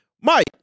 Mike